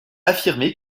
affirmé